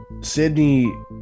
Sydney